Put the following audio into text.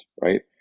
right